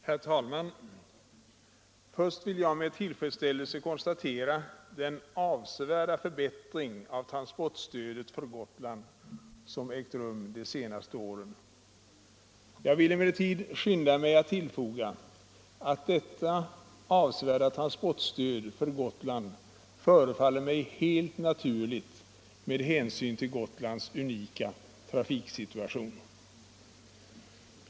Herr talman! Först vill jag med tillfredsställelse konstatera den avsevärda förbättring av transportstödet för Gotland som har ägt rum under de senaste åren. Jag vill emellertid skynda mig att tillfoga att detta avsevärda transportstöd för Gotland förefaller mig helt naturligt med hänsyn till Gotlands unika trafiksituation.